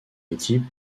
équipe